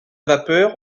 vapeur